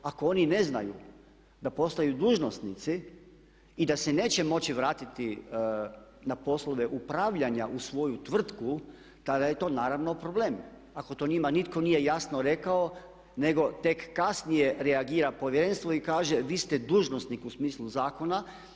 Ako oni ne znaju da postaju dužnosnici i da se neće moći vratiti na poslove upravljanja u svoju tvrtku tada je to naravno problem ako to njima nitko nije jasno rekao nego tek kasnije reagira Povjerenstvo i kaže vi ste dužnosnik u smislu zakona.